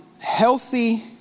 healthy